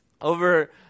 Over